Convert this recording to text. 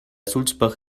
sulzbach